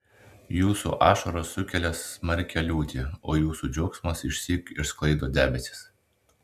jūsų ašaros sukelia smarkią liūtį o jūsų džiaugsmas išsyk išsklaido debesis